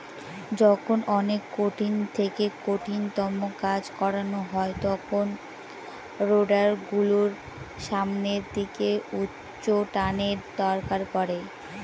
যখন অনেক কঠিন থেকে কঠিনতম কাজ করানো হয় তখন রোডার গুলোর সামনের দিকে উচ্চটানের দরকার পড়ে